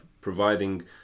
providing